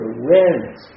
awareness